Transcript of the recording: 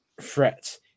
threat